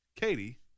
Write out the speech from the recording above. katie